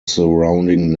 surrounding